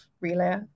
relay